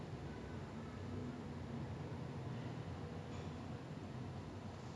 ya then we just go up be like !wah! thank you auntie then like I I know one or two aunties lah like really close friends with them